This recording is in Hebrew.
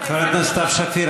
חברת הכנסת סתיו שפיר,